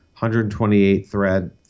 128-thread